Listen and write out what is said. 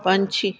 ਪੰਛੀ